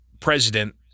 president